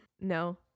No